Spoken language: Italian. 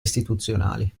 istituzionali